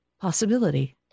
possibility